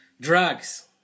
drugs